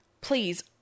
Please